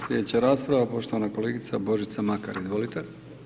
Slijedeća rasprava poštovana kolegica Božica Makar, izvolite.